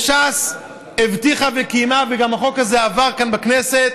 וש"ס הבטיחה וקיימה, וגם החוק הזה עבר כאן בכנסת,